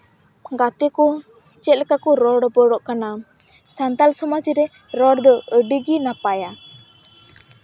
ᱜᱟᱛᱮ ᱠᱚ ᱪᱮᱫᱞᱮᱠᱟ ᱠᱚ ᱨᱚᱲ ᱨᱚᱯᱚᱲᱚᱜ ᱠᱟᱱᱟ ᱥᱟᱱᱛᱟᱞ ᱥᱚᱢᱟᱡ ᱨᱮ ᱨᱚᱲ ᱫᱚ ᱟᱹᱰᱤ ᱜᱮ ᱱᱟᱯᱟᱭᱟ